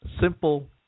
simple